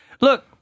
look